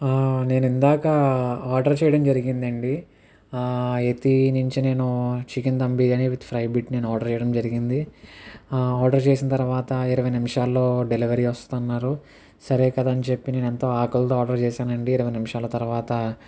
నేను ఇందాక ఆర్డర్ చేయడం జరిగింది అండి ఎత్తి నుంచి నేను chicken dum biryani with fried bit నేను ఆర్డర్ చేయడం జరిగింది ఆర్డర్ చేసిన తర్వాత ఇరవై నిమిషాల్లో డెలివరీ వస్తుంది అన్నారు సరే కదా అని చెప్పి నేను ఎంతో ఆకలితో ఆర్డర్ చేసాను అండి ఇరవై నిమిషాల తర్వాత